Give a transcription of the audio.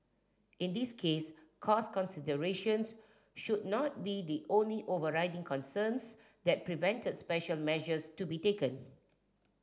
in this case cost considerations should not be the only overriding concerns that prevented special measures to be taken